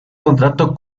contrato